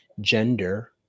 gender